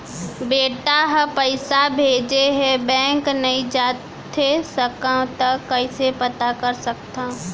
बेटा ह पइसा भेजे हे बैंक नई जाथे सकंव त कइसे पता कर सकथव?